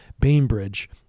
Bainbridge